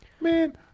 Man